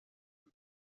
بود